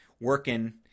working